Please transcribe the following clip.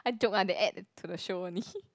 a joke want to add to the show only